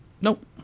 nope